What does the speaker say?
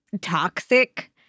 toxic